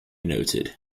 noted